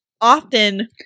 often